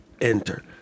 enter